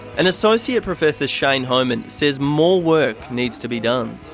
and associate professor shane homan says more work needs to be done.